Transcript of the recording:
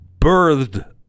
birthed